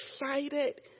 excited